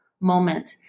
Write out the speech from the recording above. moment